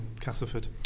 Castleford